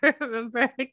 remember